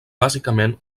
bàsicament